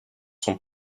sont